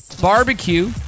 barbecue